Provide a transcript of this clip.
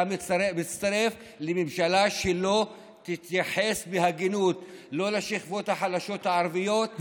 אתה מצטרף לממשלה שלא תתייחס בהגינות לא לשכבות החלשות הערביות,